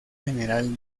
general